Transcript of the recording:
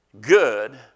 good